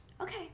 Okay